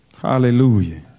Hallelujah